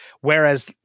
whereas